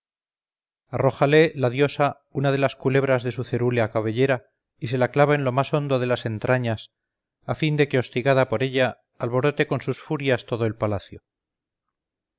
arrójale la diosa una de las culebras de su cerúlea cabellera y se la clava en lo más hondo de las entrañas a fin de que hostigada por ella alborote con sus furias todo el palacio